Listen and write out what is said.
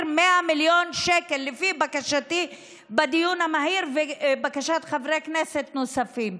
100 מיליון שקל לפי בקשתי בדיון המהיר ובקשת חברי כנסת נוספים.